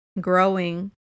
growing